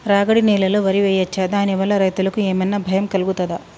రాగడి నేలలో వరి వేయచ్చా దాని వల్ల రైతులకు ఏమన్నా భయం కలుగుతదా?